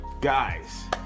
Guys